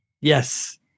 Yes